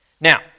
Now